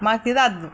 మాకు ఇది వద్దు